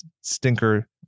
stinker